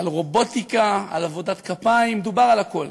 על רובוטיקה, על עבודת כפיים, דובר על הכול.